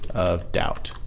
of doubt.